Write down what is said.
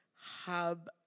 Hub